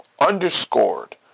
underscored